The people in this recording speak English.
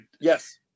yes